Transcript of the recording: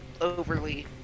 overly